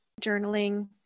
journaling